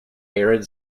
arid